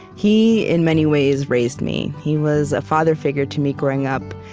he, in many ways, raised me. he was a father figure to me growing up.